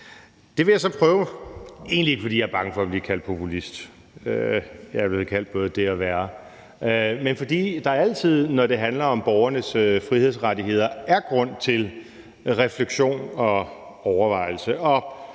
Det vil jeg så prøve. Det er egentlig ikke, fordi jeg er bange for at blive kaldt populist – jeg er blevet kaldt både det og også det, der er værre – men fordi der altid, når det handler om borgernes frihedsrettigheder, er grund til refleksion og overvejelse.